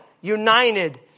united